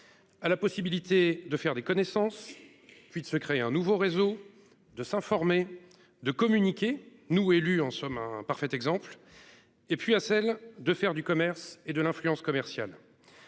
A la possibilité de faire des connaissances. Puis de se créer un nouveau réseau de s'informer de communiquer nous élu en somme un parfait exemple. Et puis à celle de faire du commerce et de l'influence commerciale.